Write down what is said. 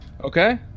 Okay